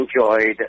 enjoyed